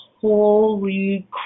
holy